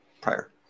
prior